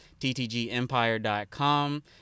ttgempire.com